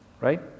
Right